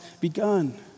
begun